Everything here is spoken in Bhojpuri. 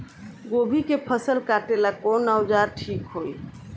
गोभी के फसल काटेला कवन औजार ठीक होई?